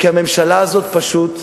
כי הממשלה הזאת פשוט,